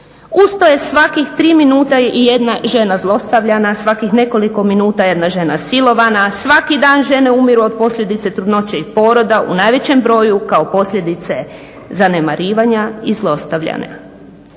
Uz to je svakih 3 minute 1 žena zlostavljana, svakih nekoliko minuta 1 žena silovana, svaki dan žene umiru od posljedice trudnoće i poroda, u najvećem broju kao posljedice zanemarivanja i zlostavljane.